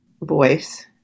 voice